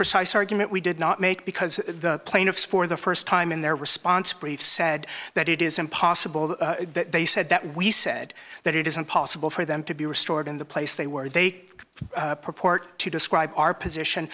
precise argument we did not make because the plaintiffs for the st time in their response brief said that it is impossible that they said that we said that it is impossible for them to be restored in the place they were they purport to describe our position